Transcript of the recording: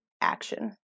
action